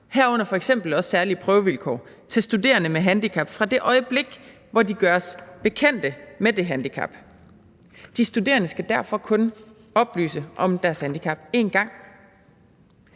herunder f.eks. også særlige prøvevilkår til studerende med handicap fra det øjeblik, hvor de gøres bekendte med det handicap. De studerende skal derfor kun oplyse om deres handicap én gang.